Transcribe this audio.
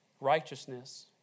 righteousness